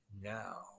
now